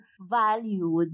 valued